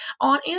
on